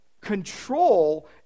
control